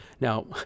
Now